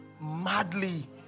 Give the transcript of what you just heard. madly